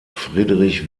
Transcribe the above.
friedrich